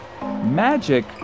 Magic